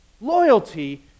Loyalty